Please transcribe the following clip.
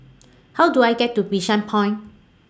How Do I get to Bishan Point